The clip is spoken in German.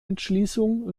entschließung